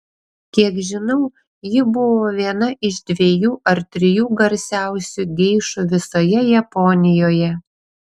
kiek žinau ji buvo viena iš dviejų ar trijų garsiausių geišų visoje japonijoje